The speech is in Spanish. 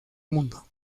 mundo